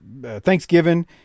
Thanksgiving